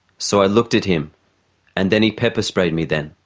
so i looked at him and then he pepper sprayed me then.